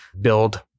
build